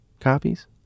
copies